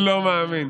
לא מאמין.